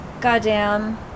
Goddamn